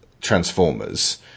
Transformers